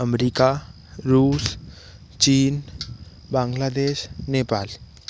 अमरीका रुस चीन बांग्लादेश नेपाल